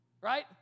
right